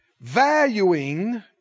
valuing